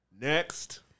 Next